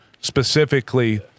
specifically